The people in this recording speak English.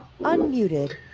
Unmuted